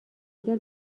اگر